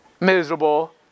Miserable